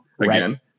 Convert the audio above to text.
again